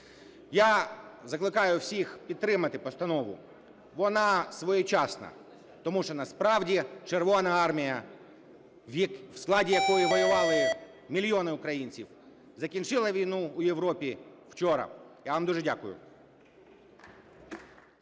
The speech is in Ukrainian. Я закликаю всіх підтримати постанову. Вона своєчасна, тому що насправді Червона Армія, в складі якої воювали мільйони українців, закінчила війну в Європі вчора. Я вам дуже дякую.